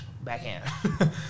backhand